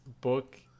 book